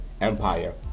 Empire